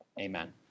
amen